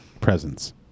presents